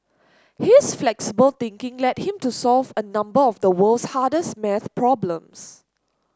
his flexible thinking led him to solve a number of the world's hardest maths problems